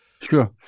Sure